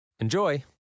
Enjoy